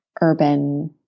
urban